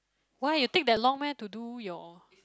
why you take that long meh to do your